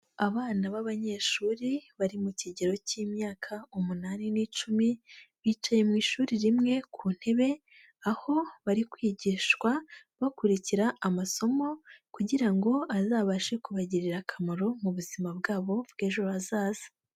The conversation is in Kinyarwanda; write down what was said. Abana b'abanyeshuri bari mu kigero cy'imyaka umunani n'icumi, bicaye mu ishuri rimwe ku ntebe, aho bari kwigishwa bakurikira amasomo kugira ngo azabashe kubagirira akamaro mu buzima bwabo bw'ejo hazaza.